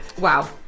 wow